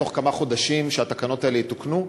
בתוך כמה חודשים התקנות האלה יתוקנו?